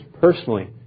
personally